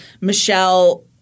Michelle